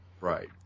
right